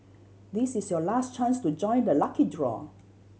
this is your last chance to join the lucky draw